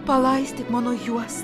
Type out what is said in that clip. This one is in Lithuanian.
palaistyk mano juos